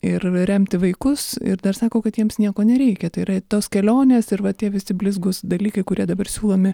ir remti vaikus ir dar sako kad jiems nieko nereikia tai yra tos kelionės ir va tie visi blizgūs dalykai kurie dabar siūlomi